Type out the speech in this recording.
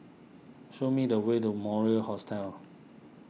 show me the way to Mori Hostel